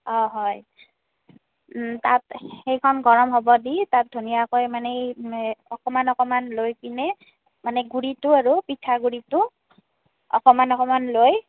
অঁ হয় তাত সেইখন গৰম হ'ব দি তাত ধুনীয়াকৈ মানে এই অকণমান অকণমান লৈ কিনে মানে গুৰিটো আৰু পিঠা গুৰিটো অকণমান অকণমান লৈ